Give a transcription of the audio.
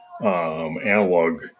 analog